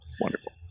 Wonderful